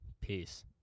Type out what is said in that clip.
Peace